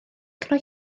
cnoi